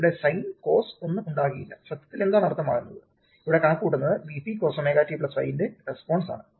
ഇവിടെ sine cos ഒന്നും ഉണ്ടാകില്ല സത്യത്തിൽ എന്താണ് അർത്ഥമാക്കുന്നത് ഇവിടെ കണക്കുകൂട്ടുന്നത് Vp ×cosωt 5 ന്റെ റെസ്പോൺസ് ആണ്